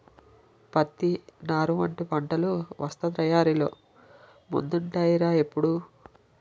పత్తి, నార వంటి పంటలు వస్త్ర తయారీలో ముందుంటాయ్ రా ఎప్పుడూ